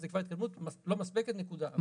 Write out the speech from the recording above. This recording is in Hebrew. זה כבר התקדמות, לא מספקת, נקודה.